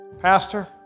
Pastor